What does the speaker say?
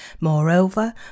Moreover